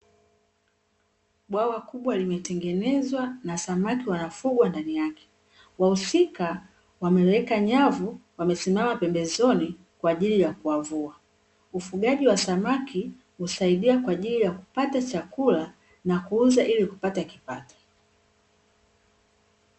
Bwawa kubwa limetengenezwa na samaki wanafugwa ndani yake. Wahusika wameloweka nyavu wamesimama pembezoni kwa ajili ya kuwavua. Ufugaji wa samaki husaidia kwa ajili ya kupata chakula na kuuza ili kupata kipato.